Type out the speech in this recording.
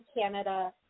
canada